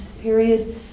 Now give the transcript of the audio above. period